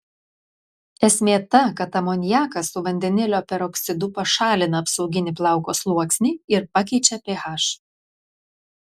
esmė ta kad amoniakas su vandenilio peroksidu pašalina apsauginį plauko sluoksnį ir pakeičia ph